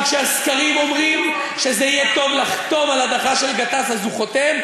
אבל כשהסקרים אומרים שזה יהיה טוב לחתום על הדחה של גטאס אז הוא חותם,